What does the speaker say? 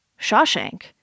Shawshank